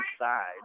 inside